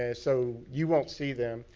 ah so, you won't see them.